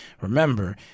Remember